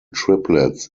triplets